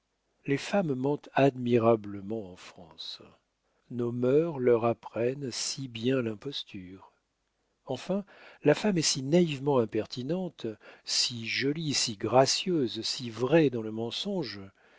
les femmes mentent admirablement en france nos mœurs leur apprennent si bien l'imposture enfin la femme est si naïvement impertinente si jolie si gracieuse si vraie dans le mensonge